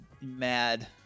mad